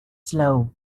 slow